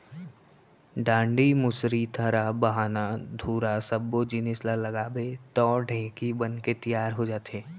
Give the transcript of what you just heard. डांड़ी, मुसरी, थरा, बाहना, धुरा सब्बो जिनिस ल लगाबे तौ ढेंकी बनके तियार हो जाथे